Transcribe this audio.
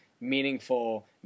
meaningful